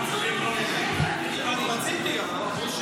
את פרטיה --- עשר דקות יש